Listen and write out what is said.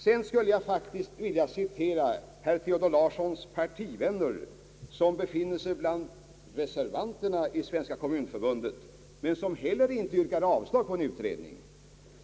Sedan skulle jag faktiskt vilja citera herr Larssons partivänner, som befinner sig bland reservanterna i Svenska kommunförbundet men som likväl inte yrkar avslag på en utredning.